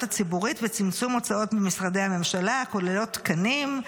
ציבורית וצמצום הוצאות במשרדי הממשלה הכוללות תקנים,